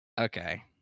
okay